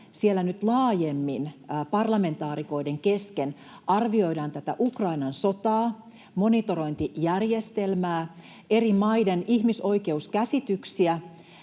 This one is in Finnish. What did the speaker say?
siellä nyt laajemmin parlamentaarikoiden kesken arvioidaan tätä Ukrainan sotaa, monitorointijärjestelmää, eri maiden ihmisoikeuskäsityksiä